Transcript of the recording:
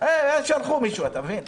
אין, שלחו מישהו, אתה מבין,